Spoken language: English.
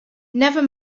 never